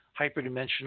hyperdimensional